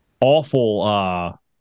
awful